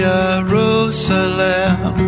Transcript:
Jerusalem